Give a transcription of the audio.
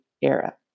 era